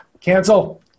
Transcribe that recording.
cancel